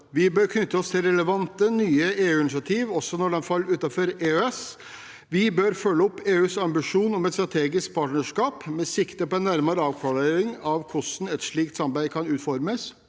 Vi bør knytte oss til relevante nye EU-initiativ, også når de faller utenfor EØS. Vi bør følge opp EUs ambisjon om et strategisk partnerskap med sikte på en nærmere avklaring av hvordan et slikt samarbeid kan utformes.